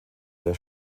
der